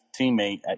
teammate